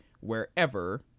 wherever